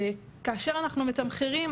כאשר אנחנו מתמחרים,